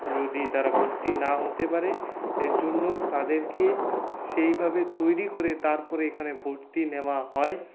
যদি তারা ভর্তি না হতে পারে সেইজন্য তাদেরকে সেইভাবে তৈরি করে তারপরে এখানে ভর্তি নেওয়া হয়